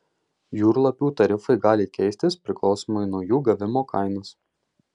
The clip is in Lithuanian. jūrlapių tarifai gali keistis priklausomai nuo jų gavimo kainos